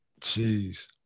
Jeez